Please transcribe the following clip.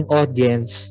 audience